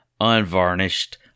unvarnished